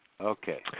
Okay